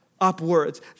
upwards